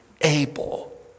able